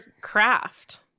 craft